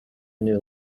new